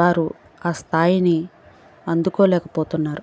వారు ఆ స్థాయిని అందుకోలేకపోతున్నారు